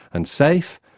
and safe,